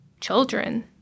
children